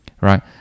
Right